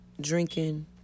drinking